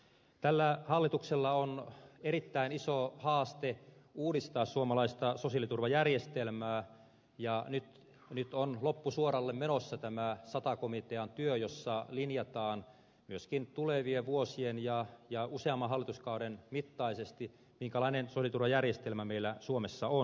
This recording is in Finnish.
tällä hallituksella on erittäin iso haaste uudistaa suomalaista sosiaaliturvajärjestelmää ja nyt on loppusuoralle menossa tämä sata komitean työ jossa linjataan myöskin tulevien vuosien ja useamman hallituskauden mittaisesti minkälainen sosiaaliturvajärjestelmä meillä suomessa on